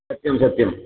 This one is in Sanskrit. सत्यं सत्यं